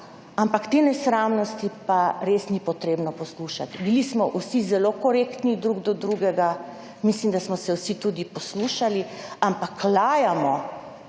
ampak te nesramnosti pa res ni potrebno poslušati. Bili smo vsi zelo korektni drug do drugega. Mislim, da smo se vsi tudi poslušali, ampak lajamo